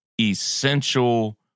essential